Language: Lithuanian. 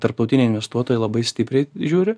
tarptautiniai investuotojai labai stipriai žiūri